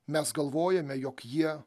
mes galvojame jog jie